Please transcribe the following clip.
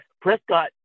Prescott